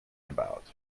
about